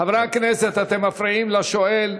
חברי הכנסת, אתם מפריעים לשואל.